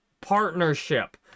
partnership